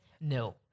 No